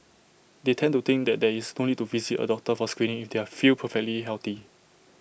they tend to think that there is no need to visit A doctor for screening if they feel perfectly healthy